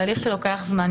תהליך שאורך יותר זמן.